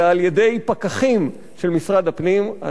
אלא על-ידי פקחים של משרד הפנים,